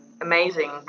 amazing